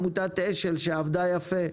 עמותת אשל שעבדה יפה,